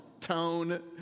tone